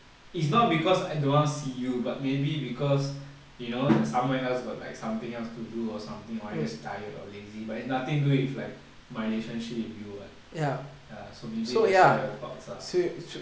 it's not because I don't want to see you but maybe because you know that somewhere else got like something else to do or something or I just tired or lazy but it's nothing do with like my relationship with you [what] ya so maybe that's why we have thoughts ah